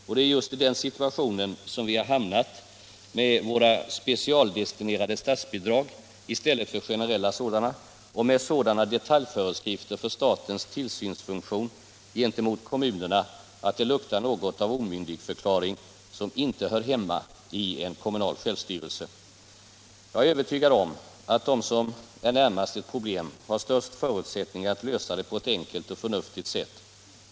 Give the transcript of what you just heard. Och det är just i den situationen som vi har hamnat med våra specialdestinerade statsbidrag i stället för generella och med sådana detaljföreskrifter för statens tillsynsfunktion gentemot kommunerna att det luktar något av omyndigförklaring, vilket inte hör hemma i en kommunal självstyrelse. Jag är övertygad om att de som är närmast ett problem har störst förutsättning att lösa det på ett enkelt och förnuftigt sätt.